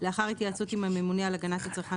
לאחר התייעצות עם הממונה על הגנת הצרכן